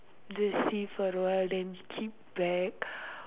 just see for awhile then keep back